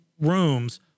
rooms